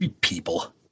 People